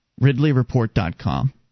RidleyReport.com